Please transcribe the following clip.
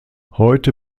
heute